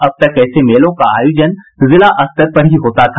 अब तक ऐसे मेलों का आयोजन जिला स्तर पर ही होता था